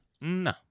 No